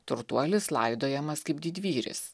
turtuolis laidojamas kaip didvyris